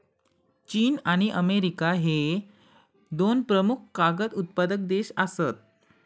चीन आणि अमेरिका ह्ये दोन प्रमुख कागद उत्पादक देश आसत